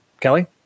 Kelly